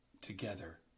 together